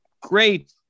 great